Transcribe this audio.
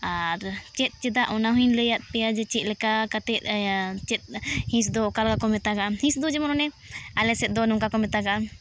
ᱟᱨ ᱪᱮᱫ ᱪᱮᱫᱟᱜ ᱚᱱᱟ ᱦᱚᱸᱧ ᱞᱟᱹᱭ ᱟᱫ ᱯᱮᱭᱟ ᱡᱮ ᱪᱮᱫᱞᱮᱠᱟ ᱠᱟᱛᱮᱫ ᱪᱮᱫ ᱦᱤᱸᱥ ᱫᱚ ᱚᱠᱟ ᱞᱮᱠᱟ ᱠᱚ ᱢᱮᱛᱟᱜᱼᱟ ᱦᱤᱸᱥ ᱫᱚ ᱡᱮᱢᱚᱱ ᱚᱱᱮ ᱟᱞᱮᱥᱮᱫ ᱫᱚ ᱱᱚᱝᱠᱟ ᱠᱚ ᱢᱮᱛᱟᱜᱼᱟ